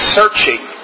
searching